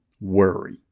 worry